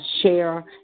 Share